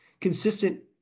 consistent